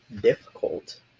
difficult